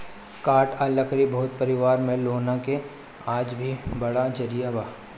काठ आ लकड़ी बहुत परिवार में लौना के आज भी बड़ा जरिया बा